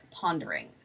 pondering